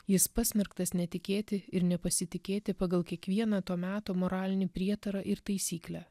jis pasmerktas netikėti ir nepasitikėti pagal kiekvieną to meto moralinį prietarą ir taisyklę